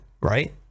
right